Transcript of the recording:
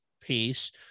piece